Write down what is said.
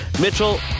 Mitchell